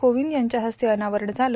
कोविंद यांच्या हस्ते अनावरण झाले